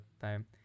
time